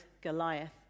Goliath